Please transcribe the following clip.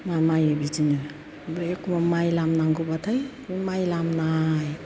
मा मायो बिदिनो आमफ्राय एखनबा माइ लामनांगौ बाथाय बे माइ लामनाय